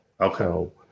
Okay